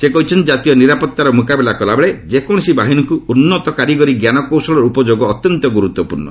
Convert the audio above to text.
ସେ କହିଛନ୍ତି କାତୀୟ ନିରାପତ୍ତାର ମୁକାବିଲା କଲାବେଳେ ଯେକୌଣସି ବାହିନୀକୁ ଉନ୍ନତ କାରିଗରି ଜ୍ଞାନକୌଶଳର ଉପଯୋଗ ଅତ୍ୟନ୍ତ ଗୁରୁତ୍ୱପୂର୍ଣ୍ଣ